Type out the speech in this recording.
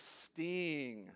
sting